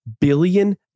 billion